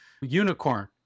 unicorn